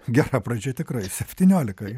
gera pradžia tikrai septyniolika